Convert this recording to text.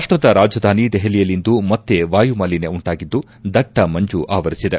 ರಾಷ್ಟದ ರಾಜಧಾನಿ ದೆಹಲಿಯಲ್ಲಿಂದು ಮತ್ತೆ ವಾಯು ಮಾಲಿನ್ಲ ಉಂಟಾಗಿದ್ದು ದಟ್ಟ ಮಂಜು ಆವರಿಸಿದೆ